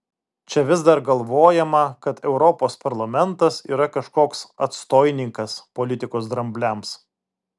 čia vis dar galvojama kad europos parlamentas yra kažkoks atstoinikas politikos drambliams